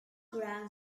ground